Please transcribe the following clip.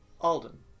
Alden